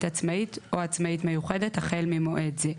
עצמאית או עצמאית מיוחדת החל ממועד זה.